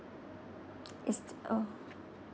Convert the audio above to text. is oh